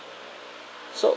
so